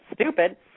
stupid